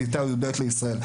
כיתה יב' לישראל.